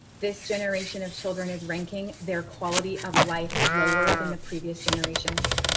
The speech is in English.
this generation of children is ranking their quality of life lower than the previous generations.